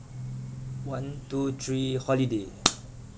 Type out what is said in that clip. one two three holiday